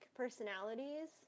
personalities